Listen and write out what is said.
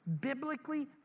biblically